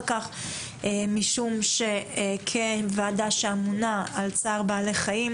כך משום שכוועדה שאמונה על צער בעלי חיים,